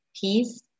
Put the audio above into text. Peace